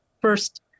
first